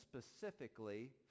specifically